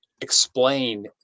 explain